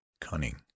cunning